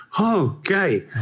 Okay